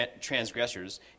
transgressors